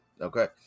Okay